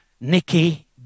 Nicky